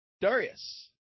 Darius